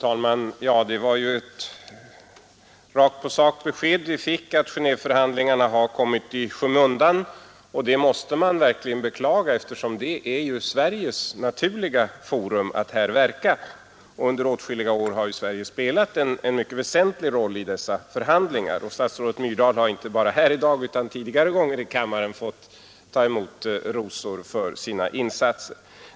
Herr talman! Det var ju ett rakt-på-sak-besked vi fick, att Genéveförhandlingarna har kommit i skymundan. Och det måste man verkligen beklaga, eftersom Genéevekonferensen är Sveriges naturliga forum. Under åtskilliga år har Sverige också spelat en mycket väsentlig roll i dessa förhandlingar, och statsrådet Myrdal har inte bara i dag utan tidigare i kammaren fått ta emot rosor för sina insatser.